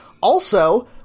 Also-